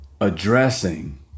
addressing